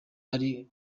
ari